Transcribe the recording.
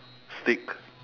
steak